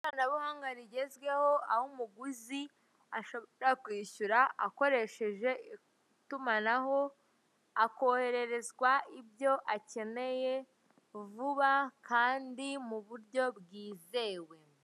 Ikoranabuhanga rigezweho, aho umuguzi ashobora kwishyura akoresheje itumanaho, akohererezwa ibyo akeneye vuba kandi mu buryo bwizewe.